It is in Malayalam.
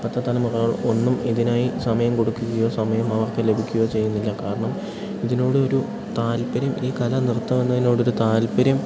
ഇപ്പോഴത്തെ തലമുറകൾ ഒന്നും ഇതിനായി സമയം കൊടുക്കുകയോ സമയം അവർക്ക് ലഭിക്കുകയോ ചെയ്യുന്നില്ല കാരണം ഇതിനോട് ഒരു താൽപര്യം ഈ കല നൃത്തം എന്നതിനോടൊരു താല്പര്യം